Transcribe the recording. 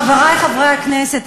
חברי חברי הכנסת,